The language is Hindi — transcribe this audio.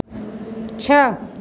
छः